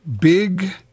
big